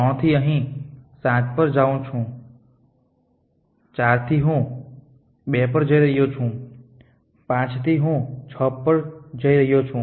3 થી હું અહીં 7 પર જાઉં છું 4 થી હું 2 પર જઈ રહ્યો છું 5 થી હું 6 થી જઈ રહ્યો છું